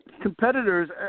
competitors